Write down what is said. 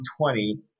20 –